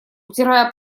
утирая